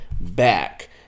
back